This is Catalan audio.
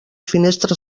finestra